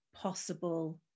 Possible